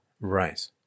Right